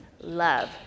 love